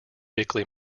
bickley